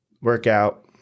Workout